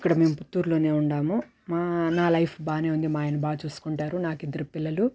ఇక్కడ మేము పుత్తూర్లోనే ఉన్నాము నా లైఫ్ బాగానేవుంది మా ఆయన బాగా చూసుకుంటారు నాకు ఇద్దరు పిల్లలు